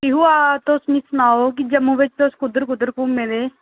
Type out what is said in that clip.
पीहू तुस मी सनाओ कि जम्मू बिच्च तुस कुद्धर कुद्धर घूमे दे